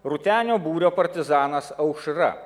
rūtenio būrio partizanas aušra